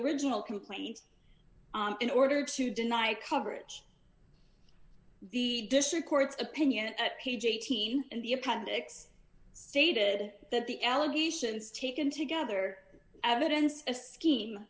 original complaint in order to deny coverage the district court's opinion page eighteen in the appendix stated that the allegations taken together evidence a scheme